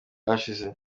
hashize